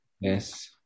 Yes